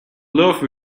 love